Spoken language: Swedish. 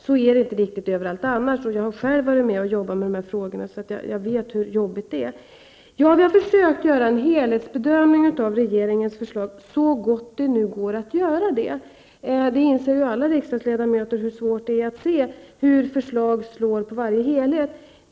Så är det inte riktigt överallt annars. Jag har själv varit med och arbetat med dessa frågor. Jag vet hur jobbigt det är. Jag har försökt att göra en helhetsbedömning av regeringens förslag, så gott det nu går att göra. Alla riksdagens ledamöter inser hur svårt det är att se hur ett förslag slår på varje helhet.